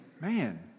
man